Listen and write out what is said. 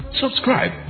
Subscribe